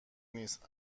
نیست